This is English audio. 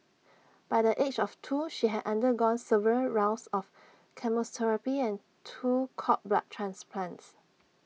by the age of two she had undergone several rounds of chemotherapy and two cord blood transplants